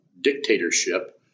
dictatorship